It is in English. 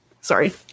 Sorry